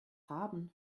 haben